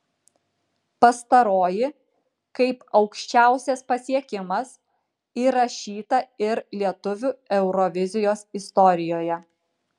pastaroji kaip aukščiausias pasiekimas įrašyta ir lietuvių eurovizijos istorijoje